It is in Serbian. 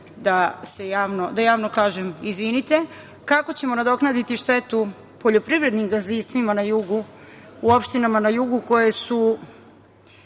da javno kažem izvinite, kako ćemo nadoknaditi štetu poljoprivrednim gazdinstvima u opštinama na jugu, kojima su